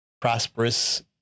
prosperous